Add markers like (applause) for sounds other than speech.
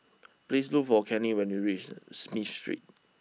please look for Kenny when you reach (unintelligible) Smith Street